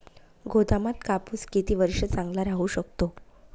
गोदामात कापूस किती वर्ष चांगला राहू शकतो?